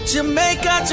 Jamaica